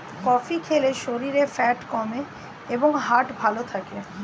coffee খেলে শরীরের fat কমে এবং হার্ট ভালো থাকে